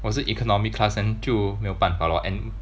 我是 economy class then 就没有办法 lor and